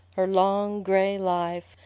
her long, gray life,